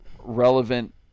relevant